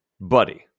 buddy